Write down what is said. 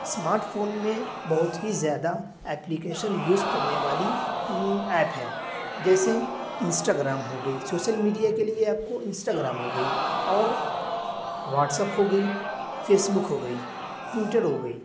smart phone میں بہت ہی زیادہ ایپلیکیشن یوز کرنے والی ایپ ہے جیسے انسٹاگرام ہو گئی سوشل میڈیا کے لیے آپ کو انسٹاگرام ہو گئی اور واٹسپ ہو گئی فیس بک ہو گئی ٹویٹر ہو گئی